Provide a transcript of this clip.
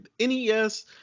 NES